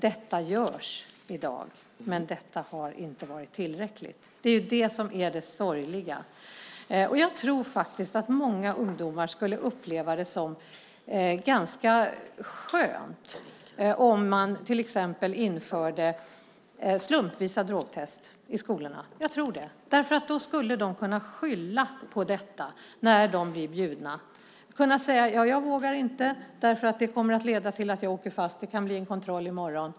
Detta görs i dag, men det har inte varit tillräckligt. Det är det som är det sorgliga. Jag tror att många ungdomar skulle uppleva det som ganska skönt om man till exempel införde slumpvisa drogtest i skolorna. Då skulle de kunna skylla på detta när det blir bjudna. De skulle kunna säga: Jag vågar inte, eftersom det kan leda till att jag åker fast. Det kan bli en kontroll i morgon.